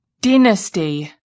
dynasty